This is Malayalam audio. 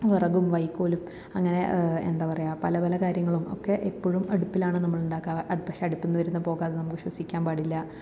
വിറകും വൈക്കോലും അങ്ങനെ എന്താ പറയാ പല പല കാര്യങ്ങളും ഒക്കെ ഇപ്പോഴും അടുപ്പിലാണ് നമ്മളുണ്ടാക്കാ പക്ഷേ അടുപ്പിന്ന് വരുന്ന പുക നമുക്ക് ശ്വസിക്കാൻ പാടില്ല